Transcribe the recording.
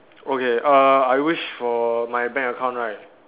okay err I wish for my bank account right